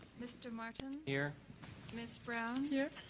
mr. martin? here ms. brown? here.